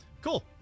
cool